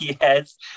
Yes